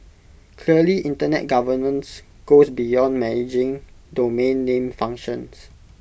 clearly Internet governance goes beyond managing domain name functions